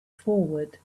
forward